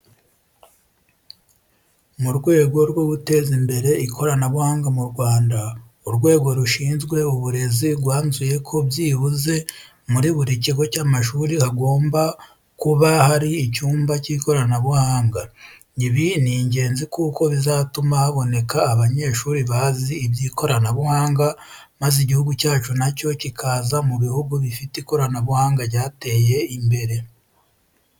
Mu rwego rwo guteza imbere ikoranabuhanga mu Rwanda, Urwego rushizwe Uburezi mu Rwanda rwanzuye ko byibuze muri buri kigo cy'amashuri hagomba buka hari icyumba k'ikoranabuhanga. Ibi ni ingenzi kuko bizatuma haboneka banyeshuri bazi iby'ikoranabuhanga maze Igihugu cyacu na cyo kikaza mu buhugi bifite ikoranabuhanga ryateye imbere.